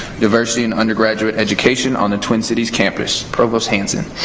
diversity in undergraduate education on the twin cities campus. provost hanson.